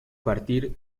partir